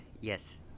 Yes